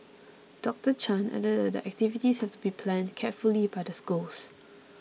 Doctor Chan added that the activities have to be planned carefully by the schools